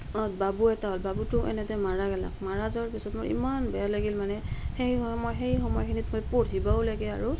বাবু এটা হ'ল বাবুটো এনেতে মাৰা গেলাক মাৰা যোৱাৰ পিছত মোৰ ইমান বেয়া লাগিল মানে সেই সময় সেই সময়খিনিত মই পঢ়িবও লাগে আৰু